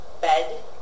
bed